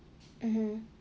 mmhmm